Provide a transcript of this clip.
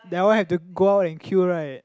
that one have to go out and queue right